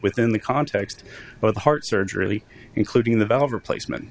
within the context of the heart surgery including the valve replacement